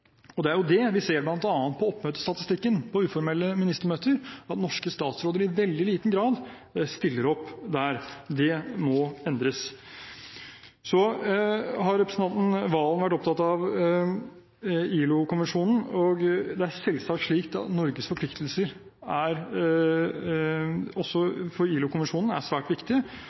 Det er jo det vi ser bl.a. på oppmøtestatistikken for uformelle ministermøter, at norske statsråder i veldig liten grad stiller opp der. Det må endres. Så har representanten Serigstad Valen vært opptatt av ILO-konvensjonen. Det er selvsagt slik at Norges forpliktelser også for ILO-konvensjonen er svært